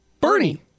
Bernie